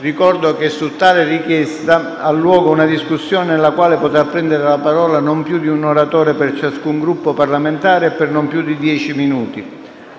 Ricordo che su tale richiesta ha luogo una discussione nella quale potrà prendere la parola non più di un oratore per ciascun Gruppo parlamentare e per non più di dieci minuti.